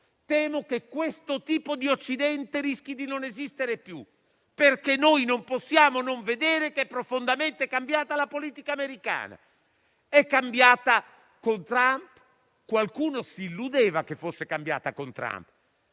Temo che questo tipo di Occidente rischi di non esistere più, perché non possiamo non vedere che la politica americana è profondamente cambiata. È cambiata con Trump? Qualcuno si illudeva che fosse cambiata con Trump.